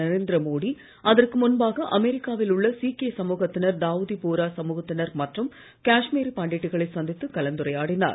நரேந்திர மோடி அதற்கு முன்பாக அமெரிக்கா வில் உள்ள சீக்கிய சமூகத்தினர் தாவூதி போரா சமூகத்தினர் மற்றும் காஷ்மீரி பண்டிட்டுகளை சந்தித்து கலந்துரையாடினார்